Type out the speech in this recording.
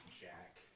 Jack